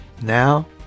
Now